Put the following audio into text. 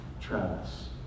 Travis